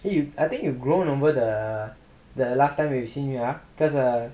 eh I think you have grown over the the last time we've seen ah cause err